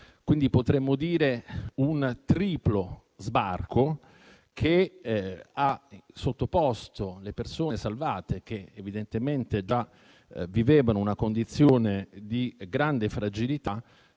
che si è trattato di un triplo sbarco, che ha sottoposto le persone salvate, che evidentemente già vivevano una condizione di grande fragilità,